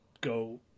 go